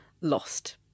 lost